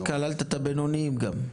כללת את הבינוניים גם.